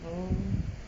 oh